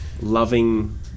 loving